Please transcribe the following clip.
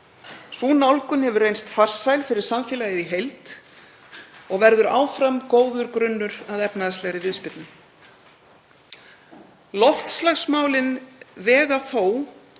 Sú nálgun hefur reynst farsæl fyrir samfélagið í heild og verður áfram góður grunnur að efnahagslegri viðspyrnu. Loftslagsmálin vega þó